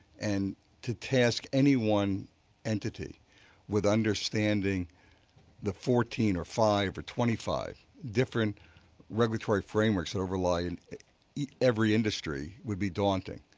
and to task any one entity with understanding the fourteen or five or twenty five different regulatory frameworks and overlying every industry would be daunting.